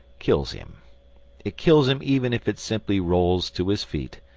kills him it kills him even if it simply rolls to his feet,